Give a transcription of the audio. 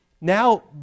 now